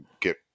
get